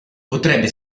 potrebbe